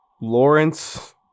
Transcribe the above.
Lawrence